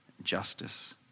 justice